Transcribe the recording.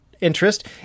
interest